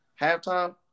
Halftime